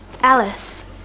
Alice